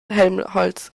helmholtz